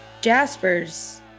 Jasper's